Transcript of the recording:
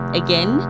again